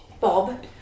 Bob